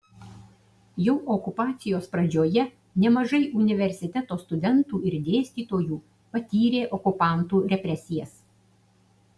jau okupacijos pradžioje nemažai universiteto studentų ir dėstytojų patyrė okupantų represijas